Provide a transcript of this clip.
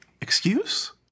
excuse